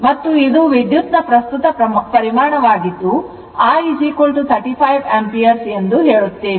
ಮತ್ತು ಇದು ವಿದ್ಯುತ್ ನ ಪ್ರಸ್ತುತ ಪರಿಮಾಣವಾಗಿದ್ದು I 35 ಆಂಪಿಯರ್ ಎಂದು ಹೇಳಲಾಗುತ್ತದೆ